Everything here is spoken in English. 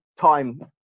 time